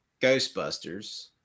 Ghostbusters